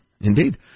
Indeed